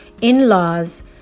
in-laws